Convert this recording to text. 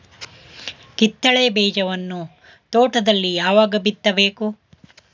ಕಿತ್ತಳೆ ಬೀಜವನ್ನು ತೋಟದಲ್ಲಿ ಯಾವಾಗ ಬಿತ್ತಬೇಕು?